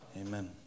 Amen